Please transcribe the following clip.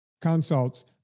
consults